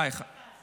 אה, אחד.